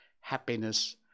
happiness